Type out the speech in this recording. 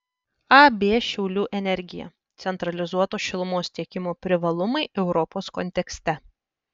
ab šiaulių energija centralizuoto šilumos tiekimo privalumai europos kontekste